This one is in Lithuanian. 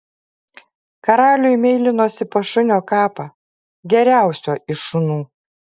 karaliui meilinosi pas šunio kapą geriausio iš šunų